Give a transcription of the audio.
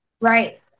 Right